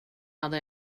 hade